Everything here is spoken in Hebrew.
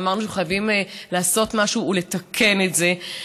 ואמרנו: חייבים לעשות משהו ולתקן את זה,